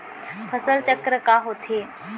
फसल चक्र का होथे?